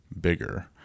bigger